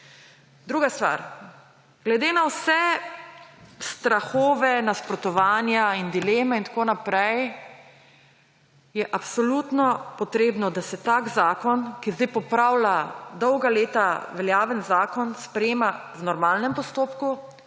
Druga stvar. Glede na vse strahove, nasprotovanja in dileme in tako naprej je absolutno potrebno, da se tak zakon, ki sedaj popravlja dolga leta, veljavni zakon, sprejema v normalnem postopku